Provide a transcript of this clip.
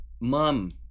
mom